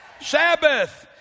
Sabbath